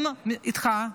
איתך,